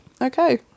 okay